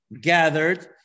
Gathered